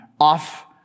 off